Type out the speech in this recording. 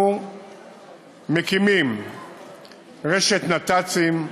אנחנו מקימים רשת נת"צים,